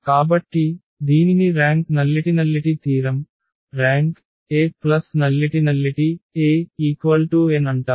కాబట్టి దీనిని rank nullity తీరం ర్యాంక్ నల్లిటి n అంటారు